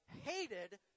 hated